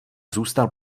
zůstal